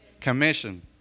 commission